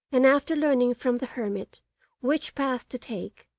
and, after learning from the hermit which path to take,